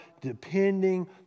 depending